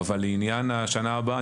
אבל לעניין השנה הבאה,